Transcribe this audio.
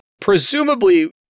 presumably